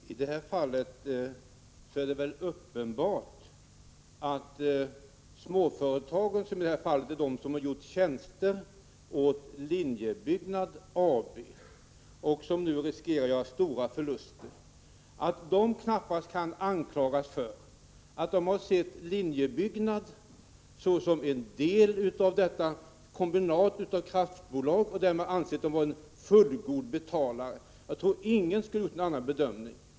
Herr talman! I det här fallet är det väl uppenbart att småföretagen, som har gjort tjänster åt Linjebyggnad AB och som nu riskerar att göra stora förluster, knappast kan anklagas för att de har betraktat Linjebyggnad såsom en del av det kombinat av kraftbolag som finns och därför ansett Linjebyggnad vara en fullgod betalare. Jag tror inte att någon skulle ha gjort en annan bedömning.